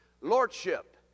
lordship